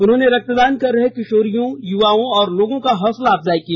उन्होंने रक्तदान कर रहे किशोरियों युवाओं और लोगों का हौसला अफजाई की